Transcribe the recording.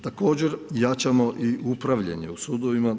Također jačamo i upravljanje u sudovima.